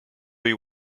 you